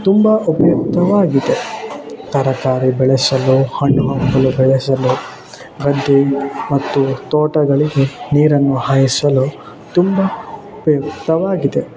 ತುಂಬಾ ಉಪಯುಕ್ತವಾಗಿದೆ ತರಕಾರಿ ಬೆಳೆಸಲು ಹಣ್ಣು ಹಂಪಲು ಬೆಳೆಸಲು ಗದ್ದೆ ಮತ್ತು ತೋಟಗಳಿಗೆ ನೀರನ್ನು ಹಾಯಿಸಲು ತುಂಬ ಉಪಯುಕ್ತವಾಗಿದೆ